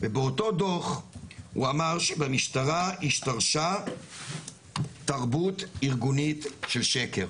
ובאותו דו"ח הוא אמר שבמשטרה השתרשה תרבות ארגונית של שקר.